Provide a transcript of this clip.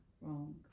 wrong